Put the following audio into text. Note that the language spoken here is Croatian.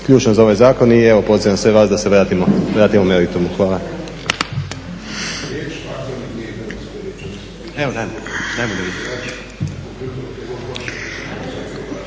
ključno za ovaj zakon i evo pozivam sve vas da se vratimo meritumu. Hvala.